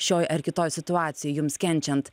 šioj ar kitoj situacijoj jums kenčiant